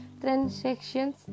transactions